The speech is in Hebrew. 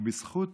בזכות